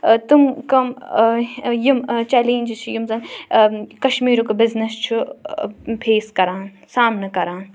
تِم کَم یِم چیٚلینٛجِز چھِ یِم زَن آ کَشمیٖرُک بِزنِس چھُ فیس کَران سامنہٕ کَران